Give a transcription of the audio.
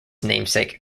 namesake